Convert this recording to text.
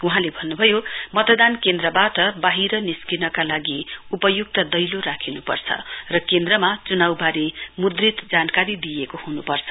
वहाँले भन्नुभयो मतदान केन्द्रबाट वाहिर निस्किनाका लागि उपयुक्त दैलो राखिनुपर्छ र केन्द्रमा चुनाउवारे मुद्रित जानकारी दिइएको हुनुपर्छ